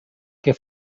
que